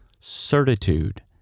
certitude